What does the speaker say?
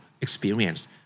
experience